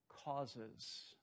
causes